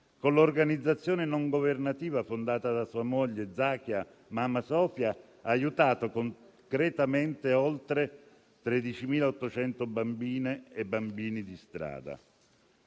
Con l'organizzazione non governativa Mama Sofia, fondata da sua moglie Zakia, ha aiutato concretamente oltre 13.800 bambine e bambini di strada.